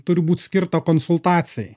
turi būt skirta konsultacijai